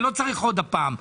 אני לא צריך עוד פעם.